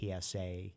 PSA